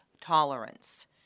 tolerance